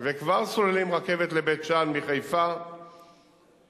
שדאגה ממש להצלחת היום הזה,